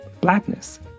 blackness